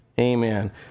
Amen